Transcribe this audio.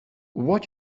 what